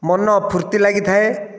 ମନ ଫୁର୍ତ୍ତି ଲାଗିଥାଏ